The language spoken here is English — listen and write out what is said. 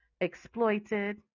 exploited